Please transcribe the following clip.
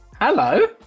Hello